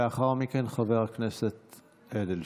לאחר מכן, חבר הכנסת אדלשטיין.